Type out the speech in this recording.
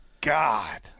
God